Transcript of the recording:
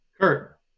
Kurt